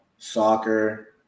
soccer